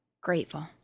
grateful